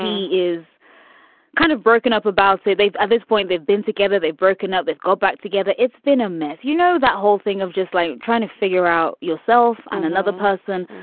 he is kind of broken up about say they've at this point, they've been together, they've broken up, they've got back together. it's been a mess. you know, that whole thing of just like trying to figure out yourself on another person.